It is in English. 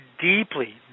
deeply